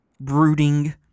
brooding